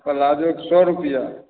पलाजों का सौ रुपया